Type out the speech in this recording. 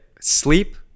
sleep